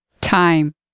Time